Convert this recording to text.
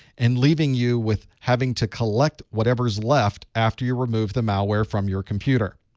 and leaving you with having to collect whatever's left after you remove the malware from your computer.